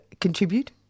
contribute